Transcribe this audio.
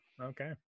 okay